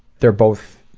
they're both